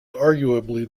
arguably